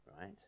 Right